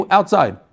Outside